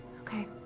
okay.